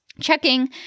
checking